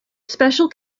special